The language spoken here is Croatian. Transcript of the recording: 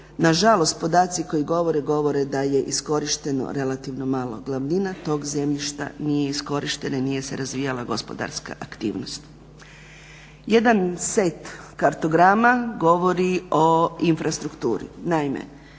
Nažalost podaci koji govore da je iskorišteno relativno malo glavnina tog zemljišta nije iskorišteno i nije se razvija gospodarska aktivnost. Jedan set kartograma govori o infrastrukturi.